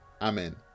amen